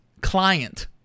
client